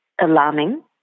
alarming